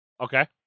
Okay